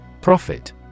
Profit